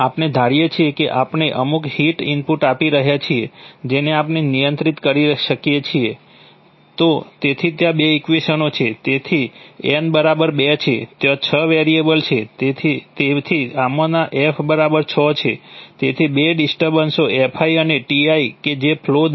આપણે ધારીએ છીએ કે આપણે અમુક હીટ ઇનપુટ આપી રહ્યા છીએ જેને આપણે નિયંત્રિત કરી શકીએ છીએ તેથી ત્યાં બે ઇક્વેશનો છે તેથી n 2 છે ત્યાં 6 વેરિયેબલ છે તેથી આમાંના f 6 છે તેથી બે ડિસ્ટર્બન્સો Fi અને Ti કે જે ફ્લૉ દર છે